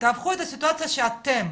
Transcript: תהפכו את הסיטואציה - שאתם